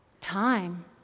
time